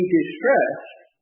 distressed